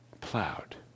plowed